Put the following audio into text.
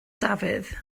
dafydd